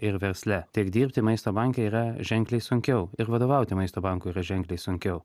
ir versle tiek dirbti maisto banke yra ženkliai sunkiau ir vadovauti maisto bankui yra ženkliai sunkiau